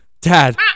Dad